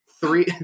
three